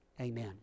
Amen